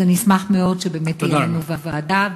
אז אני אשמח מאוד שבאמת תהיה לנו ועדה,